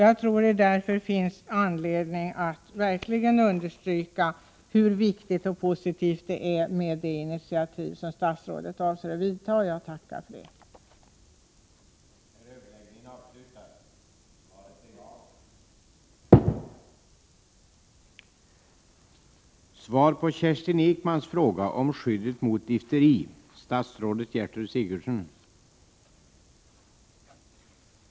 Jag tror därför att det finns anledning att verkligen understryka hur viktigt och positivt det initiativ är som statsrådet avser att vidta. Jag tackar för det.